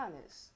honest